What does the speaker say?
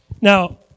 Now